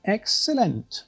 Excellent